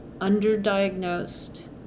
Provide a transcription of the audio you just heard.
underdiagnosed